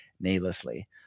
needlessly